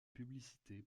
publicité